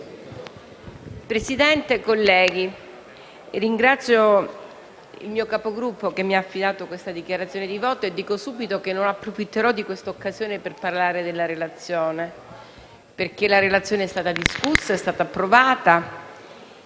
Presidente, onorevoli colleghi, ringrazio il mio Capogruppo che mi ha affidato questa dichiarazione di voto e dico subito che non approfitterò di questa occasione per parlare della relazione perché è stata discussa, è stata approvata,